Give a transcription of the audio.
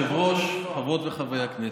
כבוד היושב-ראש, חברות וחברי הכנסת,